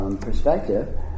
Perspective